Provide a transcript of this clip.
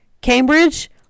Cambridge